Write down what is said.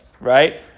right